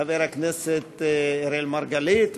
חבר הכנסת אראל מרגלית,